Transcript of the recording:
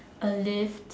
a lift